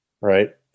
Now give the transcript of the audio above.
right